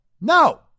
No